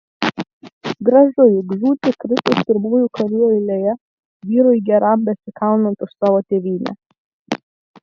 gražu juk žūti kritus pirmųjų karių eilėje vyrui geram besikaunant už savo tėvynę